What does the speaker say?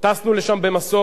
טסנו לשם במסוק,